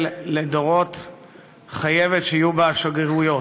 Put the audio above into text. לדורות חייבת שיהיו בה שגרירויות,